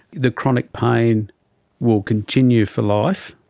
the chronic pain will continue for life,